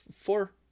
four